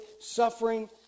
suffering